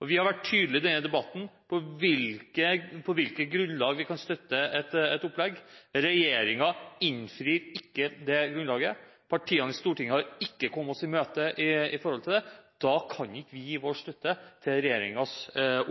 Vi har vært tydelige i denne debatten om hvilke grunnlag vi kan støtte et opplegg på. Regjeringen innfrir ikke det grunnlaget. Partiene i Stortinget har ikke kommet oss i møte. Da kan ikke vi gi vår støtte til regjeringens